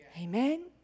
Amen